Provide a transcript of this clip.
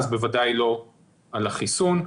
אז בוודאי לא על החיסון.